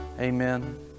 Amen